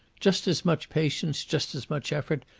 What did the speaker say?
just as much patience, just as much effort,